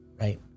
right